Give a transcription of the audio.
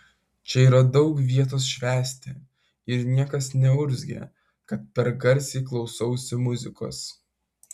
čia yra daug vietos švęsti ir niekas neurzgia kad per garsiai klausausi muzikos